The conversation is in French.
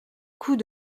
coup